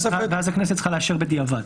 ואז הכנסת צריכה לאשר בדיעבד.